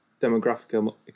demographic